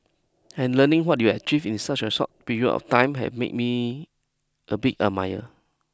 and learning what you have achieved in such a short period of time had made me a big admirer